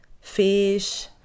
fish